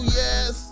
yes